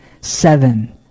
Seven